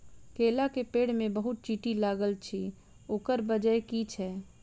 केला केँ पेड़ मे बहुत चींटी लागल अछि, ओकर बजय की छै?